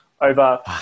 over